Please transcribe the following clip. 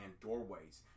doorways